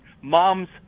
mom's